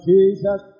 Jesus